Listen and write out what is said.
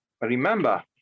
Remember